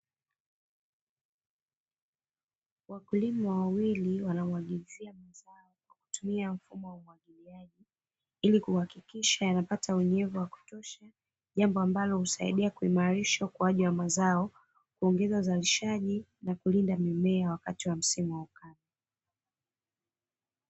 Wakulima wawili wanamwagilizia mazao kwa kutumia mfumo wa umwagiliaji ili kuhakikisha yanapata unyevu wa kutosha. Jambo ambalo husaidia kuimarisha ukuaji wa mazao, kuongeza uzalishaji, na kulinda mimea wakati wa msimu wa ukame.